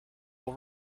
will